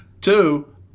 Two